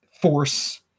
force